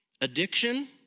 Addiction